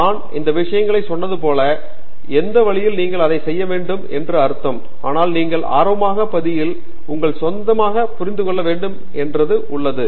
நான் இந்த விஷயங்களை சொன்னது போல எந்த வழியில் நீங்கள் அதை செய்ய வேண்டும் என்று அர்த்தம் ஆனால் நீங்கள் ஆர்வமாக பகுதியில் உங்கள் சொந்த புரிந்து கொள்ள வேண்டும் என்று ஒன்று உள்ளது